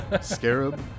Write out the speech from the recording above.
Scarab